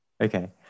Okay